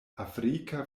afrika